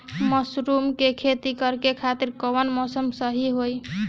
Mushroom के खेती करेके खातिर कवन मौसम सही होई?